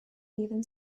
even